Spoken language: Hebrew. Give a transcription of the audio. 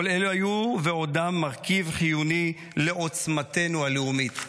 כל אלו היו ועודם מרכיב חיוני לעוצמתנו הלאומית.